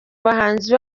bahanzi